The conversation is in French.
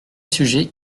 sujet